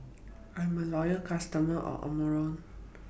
I'm A Loyal customer of Omron